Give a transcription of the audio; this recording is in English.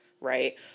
right